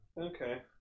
Okay